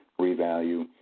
revalue